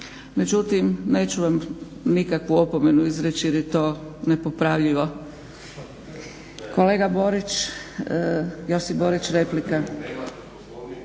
međutim neću vam nikakvu opomenu izreći jer je to nepopravljivo. Kolega Josip Borić, replika.